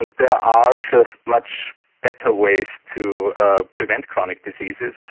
and there are just much better ways to prevent chronic diseases,